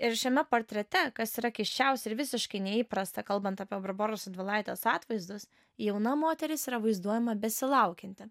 ir šiame portrete kas yra keisčiausia ir visiškai neįprasta kalbant apie barboros radvilaitės atvaizdus jauna moteris yra vaizduojama besilaukianti